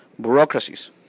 bureaucracies